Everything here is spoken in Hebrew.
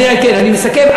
כן, אני מסכם.